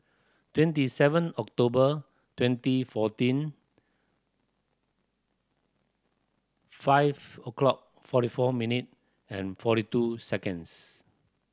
twenty seven October twenty fourteen five o'clock forty four minute and forty two seconds